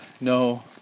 no